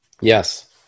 Yes